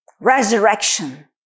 Resurrection